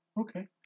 okay